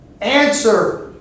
answer